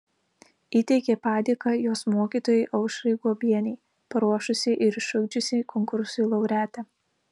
įteikė padėką jos mokytojai aušrai guobienei paruošusiai ir išugdžiusiai konkursui laureatę